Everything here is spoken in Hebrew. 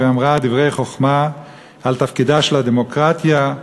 שאמרה דברי חוכמה על תפקידה של הדמוקרטיה,